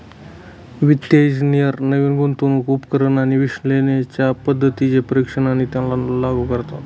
वित्तिय इंजिनियर नवीन गुंतवणूक उपकरण आणि विश्लेषणाच्या पद्धतींचे परीक्षण आणि त्यांना लागू करतात